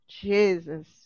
Jesus